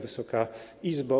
Wysoka Izbo!